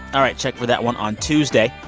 all right. check for that one on tuesday.